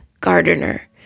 gardener